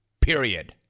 period